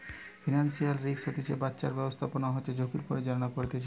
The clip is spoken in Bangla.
ফিনান্সিয়াল রিস্ক হইতে বাঁচার ব্যাবস্থাপনা হচ্ছে ঝুঁকির পরিচালনা করতিছে